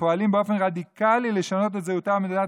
שפועלים באופן רדיקלי לשנות את זהותה של מדינת